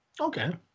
Okay